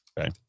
okay